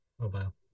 Mobile